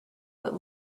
what